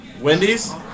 Wendy's